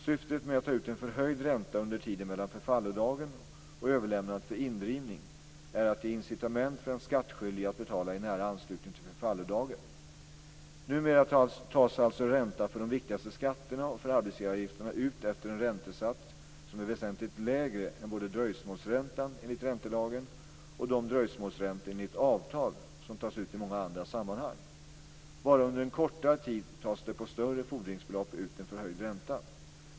Syftet med att ta ut en förhöjd ränta under tiden mellan förfallodagen och överlämnandet för indrivning är att ge incitament för den skattskyldige att betala i nära anslutning till förfallodagen. Numera tas alltså ränta för de viktigaste skatterna och för arbetsgivaravgifterna ut efter en räntesats som är väsentligt lägre än både dröjsmålsränta enligt räntelagen och de dröjsmålsräntor enligt avtal som tas ut i många andra sammanhang. Bara under en kortare tid tas det på större fordringsbelopp ut en förhöjd ränta.